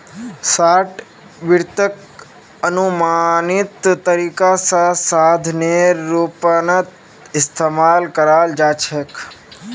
short वित्तक अनुमानित तरीका स साधनेर रूपत इस्तमाल कराल जा छेक